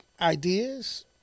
ideas